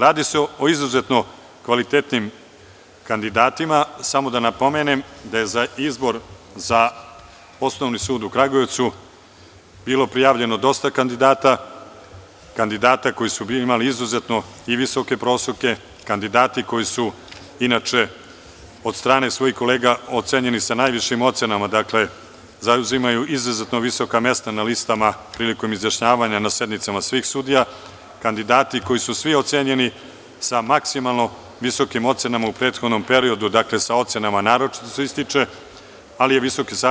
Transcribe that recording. Radi se o izuzetno kvalitetnim kandidatima, samo da napomenem da je za izbor za Osnovni sud u Kragujevcu, bilo prijavljeno dosta kandidata, kandidata koji su imali izuzetno i visoke proseke, kandidati koji su inače od strane svojih kolega ocenjeni sa najvišim ocenama, dakle zauzimaju izuzetno visoka mesta na listama prilikom izjašnjavanja na sednicama svih sudija, kandidati koji su svi ocenjeni sa maksimalno visokim ocenama u prethodnom periodu, dakle sa ocenama naročito se ističe, ali je VSS